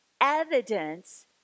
evidence